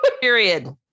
Period